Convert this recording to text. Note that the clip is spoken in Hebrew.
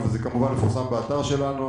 זה כמובן מפורסם באתר שלנו.